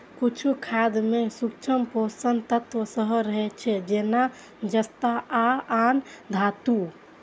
किछु खाद मे सूक्ष्म पोषक तत्व सेहो रहै छै, जेना जस्ता आ आन धातु